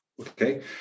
Okay